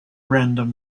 random